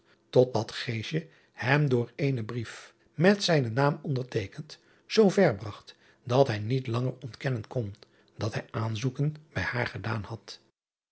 dat hem door eenen brief met zijnen naam onderteekend zoo ver bragt dat hij niet lauger ontkennen kon dat hij aanzoeken bij haar gedaan had